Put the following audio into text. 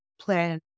plan